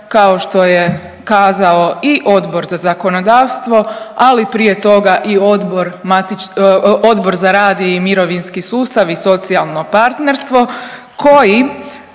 kao što je kazao i Odbor za zakonodavstvo, ali prije toga i Odbor matič…, Odbor za rad i mirovinski sustav i socijalno partnerstvo koji